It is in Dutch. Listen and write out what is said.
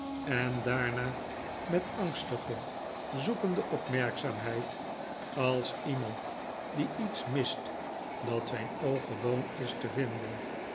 en daarna met angstige zoekende opmerkzaamheid als iemand die iets mist dat zijn oog gewoon is te vinden